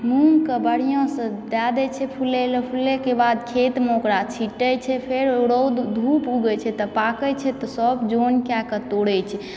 मूँगके बढ़िआँ सँ दए दै छै फूलय लए फुलयके बाद खेतमे ओकरा छिटैत छै फेर रौद धूप उगैत छै तऽ पाकै छै तऽ सभ जन कएक तोड़ैत छै